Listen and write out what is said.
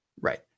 right